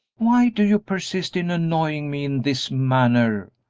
why do you persist in annoying me in this manner?